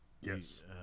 Yes